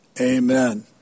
Amen